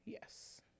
Yes